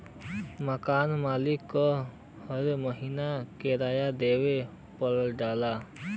मकान मालिक के हरे महीना किराया देवे पड़ऽला